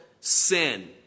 sin